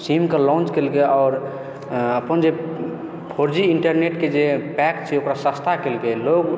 सीमके launch कैलकै आओर अपन जे फोर जी इन्टरनेटके जे पैक छै ओकरा सस्ता कैलकै लोग